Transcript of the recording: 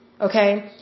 okay